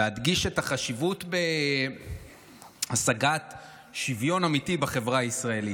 להדגיש את החשיבות בהשגת שוויון אמיתי בחברה הישראלית.